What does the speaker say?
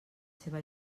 seva